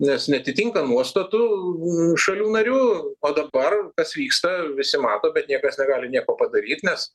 nes neatitinka nuostatų šalių narių o dabar kas vyksta visi mato bet niekas negali nieko padaryt nes